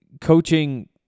coaching